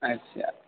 اچھا